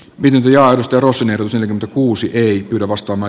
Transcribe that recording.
viljaa risto rosener usa kuusi eri lavastama